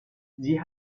sie